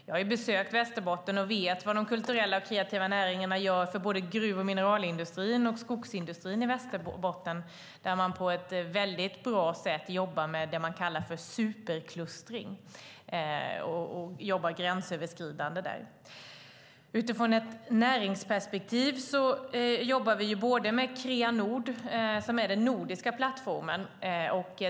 Jag har besökt Västerbotten och vet vad de kulturella och kreativa näringarna gör för både gruv och mineralindustrin och skogsindustrin i Västerbotten, där man på ett väldigt bra sätt jobbar gränsöverskridande med det man kallar superklustring. Ur ett näringsperspektiv jobbar vi med Kreanord, som är den nordiska plattformen.